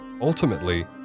ultimately